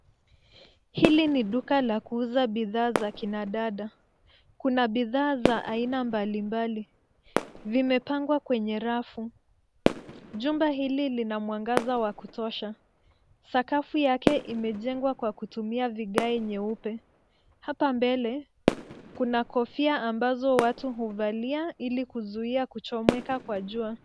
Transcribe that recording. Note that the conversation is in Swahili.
Hili ni duka la kuuza bidhaa za kinadada. Kuna bidhaa za aina mbalimbali zimepangwa kwenye rafu. Jumba hili lina mwangaza wa kutosha. Sakafu yake imejengwa kwa kutumia vigae nyeupe. Hapa mbele, kuna kofia ambazo watu huvalia ili kuzuia kuchomeka kwa jua.